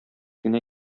генә